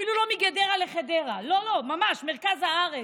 אפילו לא מגדרה לחדרה, לא לא, ממש מרכז הארץ,